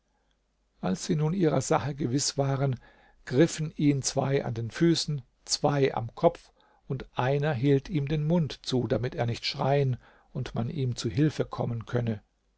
als sie nun ihrer sache gewiß waren griffen ihn zwei an den füßen zwei am kopf und einer hielt ihm den mund zu damit er nicht schreien und man ihm zu hilfe kommen könne